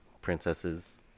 princesses